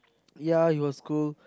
ya he was cool